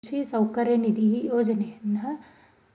ಕೃಷಿ ಸೌಕರ್ಯ ನಿಧಿ ಯೋಜ್ನೆ